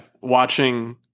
watching